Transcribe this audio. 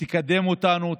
שתקדם אותנו,